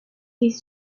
des